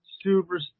super